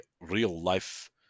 real-life